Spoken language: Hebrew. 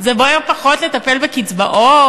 זה בוער פחות לטפל בקצבאות?